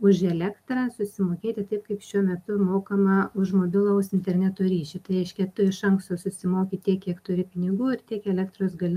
už elektrą susimokėti taip kaip šiuo metu mokama už mobilaus interneto ryšį tai reiškia tu iš anksto susimoki tiek kiek turi pinigų ir tiek elektros gali